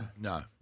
No